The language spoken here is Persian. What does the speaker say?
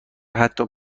حتی